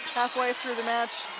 halfway through the match.